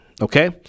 Okay